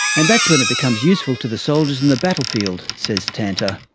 and that's when it becomes useful to the soldiers in the battlefield, says tanter.